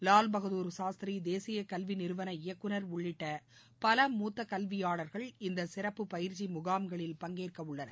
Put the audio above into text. லால் பகதூர் சாஸ்திரி தேசிய கல்வி நிறுவன இயக்குநர் உள்ளிட்ட பல மூத்த கல்வியாளர்கள் இந்த சிறப்பு பயிற்சி முகாம்களில் பங்கேற்க உள்ளன